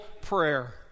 prayer